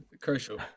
Crucial